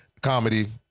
comedy